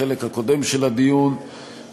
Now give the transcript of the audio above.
בחלק הקודם של הדיון,